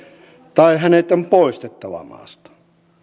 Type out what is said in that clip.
tai hänet on poistettava maasta